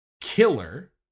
killer